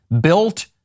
built